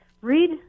Read